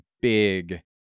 big